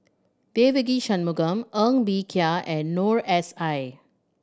Devagi Sanmugam Ng Bee Kia and Noor S I